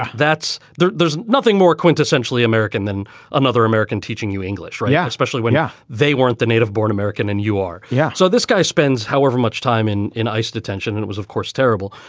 that's there's there's nothing more quintessentially american than another american teaching you english. right. yeah especially when yeah they weren't the native born american. and you are. yeah. so this guy spends however much time in in ice detention and was, of course, terrible.